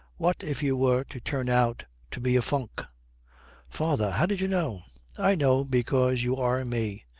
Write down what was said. what if you were to turn out to be a funk father, how did you know i know because you are me.